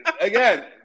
again